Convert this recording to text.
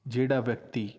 ਜਿਹੜਾ ਵਿਅਕਤੀ